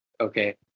okay